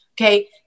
Okay